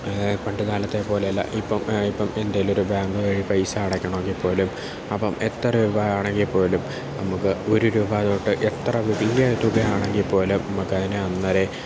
പണ്ടുകാലത്തെ പോലെയല്ല ഇപ്പം എന്തെങ്കിലും ഒരു ബാങ്ക് വഴി പൈസ അടക്കണമെങ്കിൽ പോലും അപ്പം എത്ര രൂപയാണെങ്കിൽപോലും നമുക്ക് ഒരു രൂപ തൊട്ട് എത്ര വലിയ തുകയാണെങ്കിൽപ്പോലും നമുക്കതിനെ അന്നേരെ